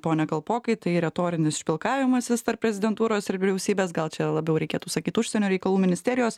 pone kalpokai tai retorinis špilkavimasis tarp prezidentūros ir vyriausybės gal čia labiau reikėtų sakyti užsienio reikalų ministerijos